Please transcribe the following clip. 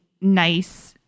nice